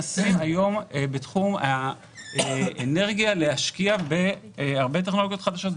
היום בתחום האנרגיה אנחנו מנסים להשקיע בהרבה טכנולוגיות חדשות,